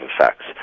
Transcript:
effects